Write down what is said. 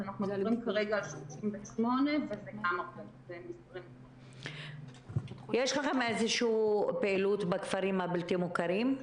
אנחנו מדברים כרגע על 38. יש לכם איזושהי פעילות בכפרים הבלתי מוכרים?